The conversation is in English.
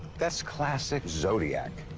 that's classic zodiac.